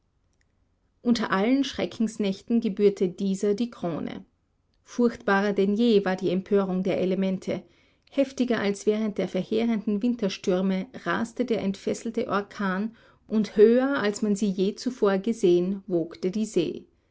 unter allen schreckensnächten gebührte dieser die krone furchtbarer denn je war die empörung der elemente heftiger als während der verheerenden winterstürme raste der entfesselte orkan und hohler als man sie je zuvor gesehen wogte die see